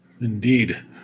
Indeed